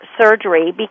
surgery